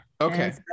Okay